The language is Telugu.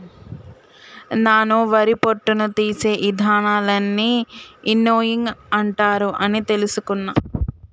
నాను వరి పొట్టును తీసే ఇదానాలన్నీ విన్నోయింగ్ అంటారు అని తెలుసుకున్న